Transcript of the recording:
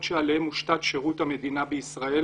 שעליהם הושתת שירות המדינה בישראל.